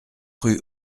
rue